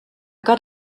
got